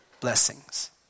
blessings